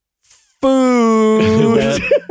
food